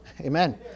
amen